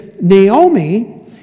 Naomi